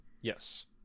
yes